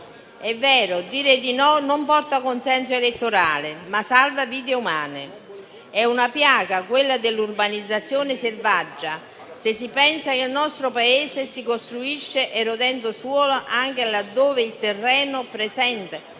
È vero: dire di no non porta consenso elettorale, ma salva vite umane. Quella dell'urbanizzazione selvaggia è una piaga, se si pensa che il nostro Paese si costruisce erodendo suolo anche laddove il terreno presenta,